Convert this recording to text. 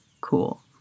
cool